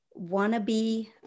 wannabe